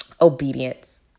Obedience